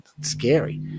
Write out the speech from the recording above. scary